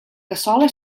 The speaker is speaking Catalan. cassola